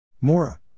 Mora